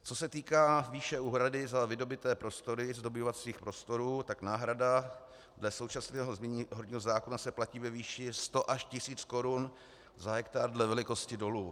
Co se týká výše úhrady za vydobyté prostory z dobývacích prostorů, tak náhrada dle současného znění horního zákona se platí ve výši 100 až 1000 korun za hektar dle velkosti dolu.